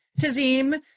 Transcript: Tazim